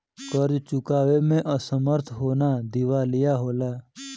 कर्ज़ चुकावे में असमर्थ होना दिवालिया होला